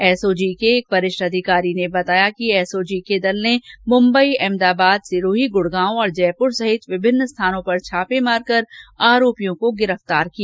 SOG के एक वरिष्ठ अधिकारी ने बताया कि एसओजी के दल ने मुंबई अहमदाबाद सिरोही गूड़गांव और जयपूर सहित विभिन्न स्थानों पर छापे मार कर आरोपियों को गिरफ़तार किया